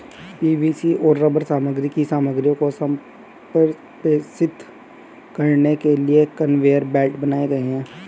PVC और rubber सामग्री की सामग्रियों को संप्रेषित करने के लिए कन्वेयर बेल्ट बनाए गए हैं